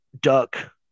duck